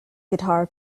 guitar